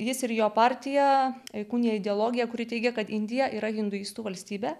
jis ir jo partija įkūnija ideologiją kuri teigia kad indija yra hinduistų valstybė